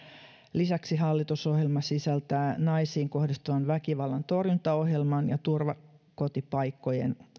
lisäksi hallitusohjelma sisältää naisiin kohdistuvan väkivallan torjuntaohjelman ja turvakotipaikkojen